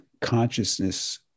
consciousness